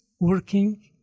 working